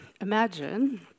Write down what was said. Imagine